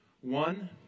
One